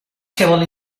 table